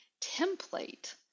template